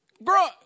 bro